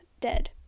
dead